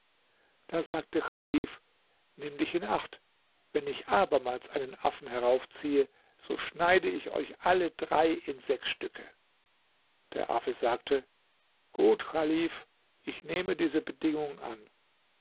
da sagte chalif nimm dich in acht wenn ich abermals einen affen heraufziehe so schneide ich euch alle drei in sechs stücke der affe sagte gut chalif ich nehme diese bedingung an